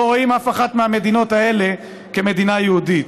לא רואים אף אחת מהמדינות האלה מדינה יהודית.